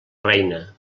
reina